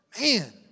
Man